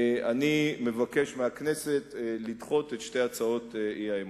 אני מבקש מהכנסת לדחות את שתי הצעות האי-אמון.